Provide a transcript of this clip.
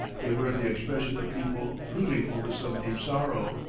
they wear the expression of people brooding over some deep sorrow.